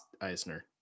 Eisner